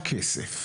אם כן, היה כסף,